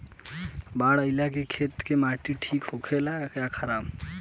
बाढ़ अईला से खेत के माटी ठीक होला या खराब?